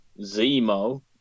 Zemo